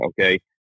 okay